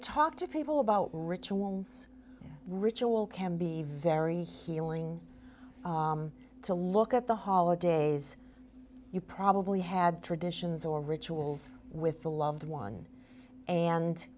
talk to people about rituals ritual can be very healing to look at the holidays you probably had traditions or rituals with a loved one and